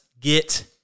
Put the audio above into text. get